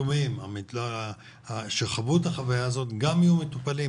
היתומים שחוו את החוויה הזאת יהיו גם מטופלים,